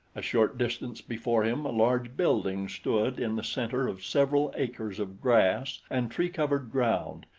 a short distance before him a large building stood in the center of several acres of grass and tree-covered ground,